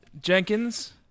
Jenkins